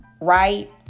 right